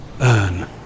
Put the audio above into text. Earn